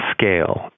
scale